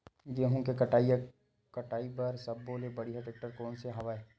गेहूं के कटाई या कटाई बर सब्बो ले बढ़िया टेक्टर कोन सा हवय?